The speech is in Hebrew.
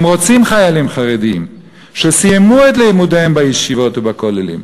הם רוצים חיילים חרדים שסיימו את לימודיהם בישיבות ובכוללים,